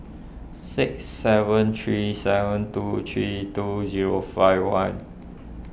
six seven three seven two three two zero five one